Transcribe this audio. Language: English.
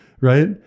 Right